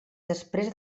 després